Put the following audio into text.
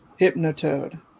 Hypnotoad